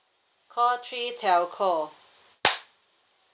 call three telco